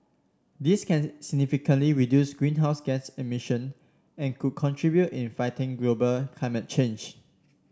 this can significantly reduce greenhouse gas emission and could contribute in fighting global climate change